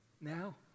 now